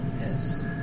Yes